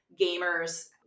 gamers